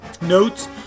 notes